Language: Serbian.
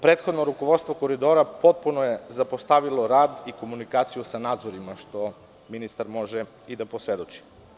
Prethodno rukovodstvo „Koridora“ potpuno je zapostavilo rad i komunikaciju sa nadzorima, što ministar može i da posvedoči.